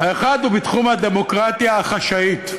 האחד הוא תחום הדמוקרטיה החשאית,